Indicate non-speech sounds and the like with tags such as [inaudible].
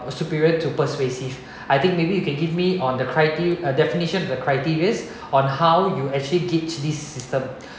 superior to persuasive [breath] I think maybe you can give me on the criteri~ uh definition of the criterias on how you actually gauge this system